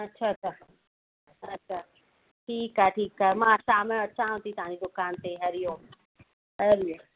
अच्छा अच्छा अच्छा ठीकु आहे ठीकु आहे मां शाम जो अचाव थी तव्हांजी दुकान ते हरिओम हरिओम